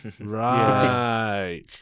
Right